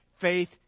faith